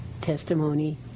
testimony